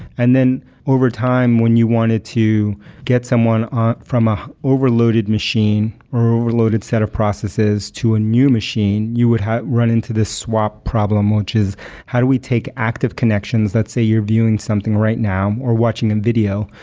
and then over time when you wanted to get someone um from a overloaded machine, or overloaded set of processes to a new machine, you would run into this swap problem, which is how do we take active connections? let's say you're viewing something right now, or watching a video,